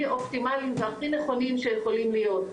אופטימליים והכי נכונים שיכולים להיות,